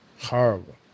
Horrible